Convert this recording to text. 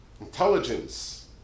intelligence